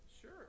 Sure